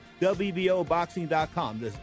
WBOboxing.com